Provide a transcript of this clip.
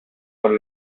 con